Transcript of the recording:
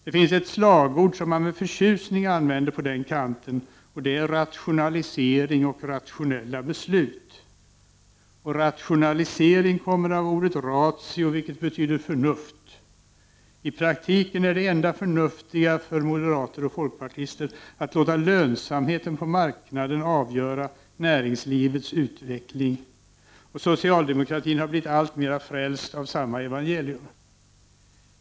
Det finns ett slagord som man med förtjusning använder på den kanten, och det är rationalisering och rationella beslut. Och rationalisering kommer av ordet ratio, som betyder förnuft. I praktiken är det enda förnuftiga för moderater och folkpartister att låta lönsamheten på marknaden avgöra näringslivets utveckling, och socialdemokratin har blivit alltmer frälst av samma evangelium.